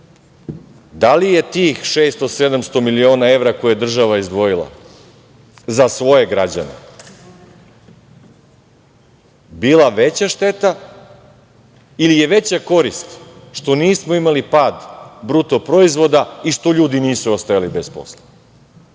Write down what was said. li je tih 600, 700 miliona evra koje je država izdvojila za svoje građane bila veća šteta ili je veća korist što nismo imali pad bruto proizvoda i što ljudi nisu ostajali bez posla?